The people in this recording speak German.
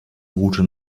route